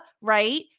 right